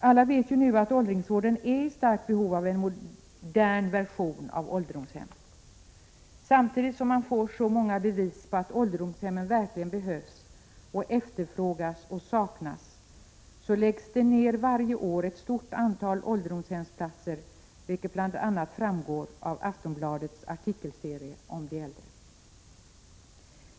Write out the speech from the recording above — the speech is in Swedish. Alla vet nu att åldringsvården är i starkt behov av en modern version av ålderdomshem. Samtidigt som man får så många bevis på att ålderdomshemmen verkligen behövs, efterfrågas och saknas, läggs det varje år ned ett stort antal ålderdomshemsplatser, vilket bl.a. framgår av Aftonbladets artikelserie om de äldre.